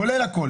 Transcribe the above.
כולל הכול.